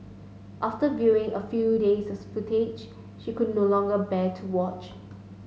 after viewing a few days of footage she could no longer bear to watch